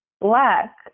black